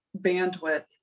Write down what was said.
bandwidth